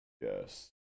Yes